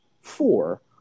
four